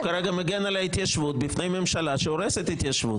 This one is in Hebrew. כרגע מגן על ההתיישבות מפני ממשלה שהורסת התיישבות.